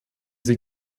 sie